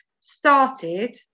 started